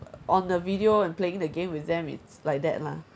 on the video and playing the game with them it's like that lah